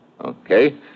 Okay